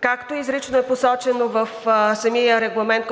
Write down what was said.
Както изрично е посочено в самия Регламент,